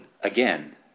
again